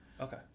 Okay